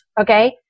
Okay